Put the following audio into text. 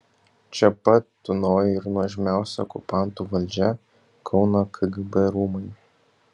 čia pat tūnojo ir nuožmiausia okupantų valdžia kauno kgb rūmai